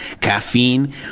Caffeine